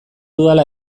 dudala